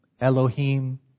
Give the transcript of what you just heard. Elohim